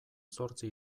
zortzi